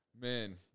man